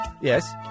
Yes